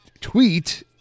tweet